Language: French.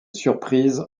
surprise